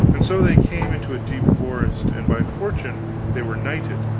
and so they came into a deep forest, and by fortune they were nighted,